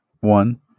one